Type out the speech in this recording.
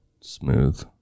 smooth